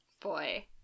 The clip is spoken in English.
boy